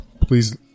please